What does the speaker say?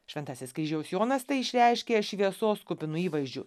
šventasis kryžiaus jonas tai išreiškia šviesos kupinu įvaizdžiu